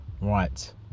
right